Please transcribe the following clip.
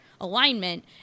alignment